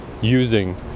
using